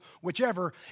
Whichever